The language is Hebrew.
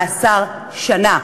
מאסר שנה".